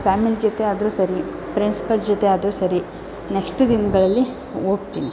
family ಜೊತೆ ಆದರೂ ಸರಿ ಫ್ರೆಂಡ್ಸ್ಗಳ ಜೊತೆ ಆದರೂ ಸರಿ ನೆಷ್ಟು ದಿನಗಳಲ್ಲಿ ಹೋಗ್ತೀನಿ